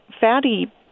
fatty